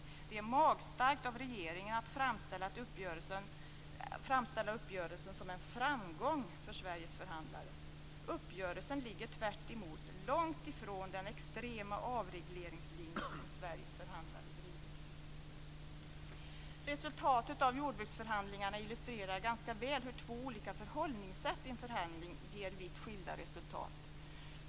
Det är magstarkt av regeringen att framställa uppgörelsen som en framgång för Sveriges förhandlare. Uppgörelsen ligger tvärtemot långt från den extrema avregleringslinje som Sveriges förhandlare drivit. Resultatet av jordbruksförhandlingarna illustrerar ganska väl hur två olika förhållningssätt i en förhandling ger vitt skilda resultat.